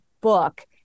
book